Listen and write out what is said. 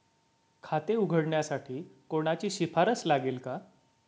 खाते उघडण्यासाठी कोणाची शिफारस लागेल का?